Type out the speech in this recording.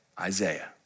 Isaiah